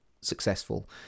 successful